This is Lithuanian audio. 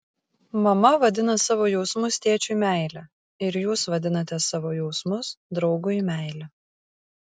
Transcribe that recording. mama vadina savo jausmus tėčiui meile ir jūs vadinate savo jausmus draugui meile